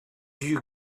you